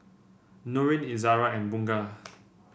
Nurin Izzara and Bunga